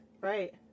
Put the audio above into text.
right